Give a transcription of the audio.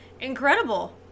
incredible